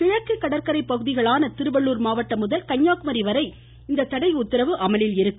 கிழக்கு கடற்கரை பகுதிகளான திருவள்ளுர் மாவட்டம் முதல் கன்னியாகுமரி வரை இந்த தடை உத்தரவு அமலில் இருக்கும்